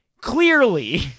Clearly